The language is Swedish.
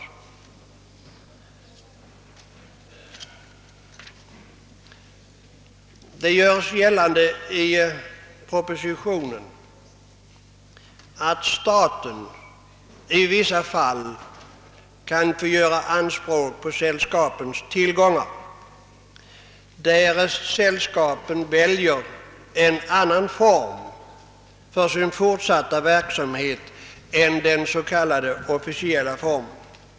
Det görs gällande i propositionen att staten i vissa fall kan få göra anspråk på sällskapens tillgångar därest dessa väljer en annan form för sin fortsatta verksamhet än den s.k. officiella formen.